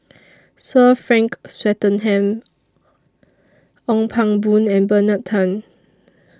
Sir Frank Swettenham Ong Pang Boon and Bernard Tan